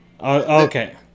Okay